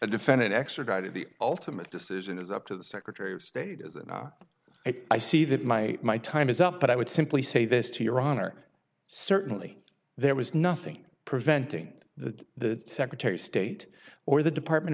a defendant extradited the ultimate decision is up to the secretary of state as i see that my my time is up but i would simply say this to your honor certainly there was nothing preventing the secretary of state or the department